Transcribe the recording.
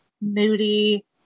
Moody